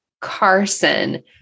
Carson